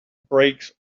brakes